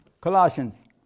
Colossians